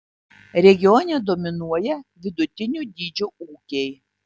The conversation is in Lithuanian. regione dominuoja vidutinio dydžio ūkiai